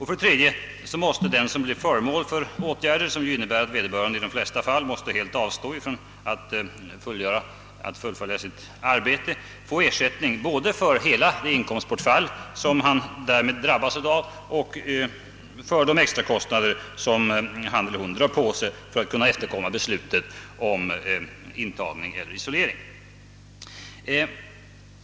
För det tredje måste den som blir föremål för åtgärder, som innebär att vederbörande i de flesta fall tvingas att helt avstå från att fullfölja sitt arbete, få ersättning både för hela det inkomstbortfall som han eller hon drabbas av och för de extra kostnader som vederbörande drar på sig för att kunna efterkomma beslutet om intagning eller isolering.